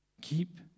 Keep